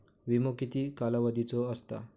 विमो किती कालावधीचो असता?